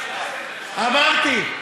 אמרתי.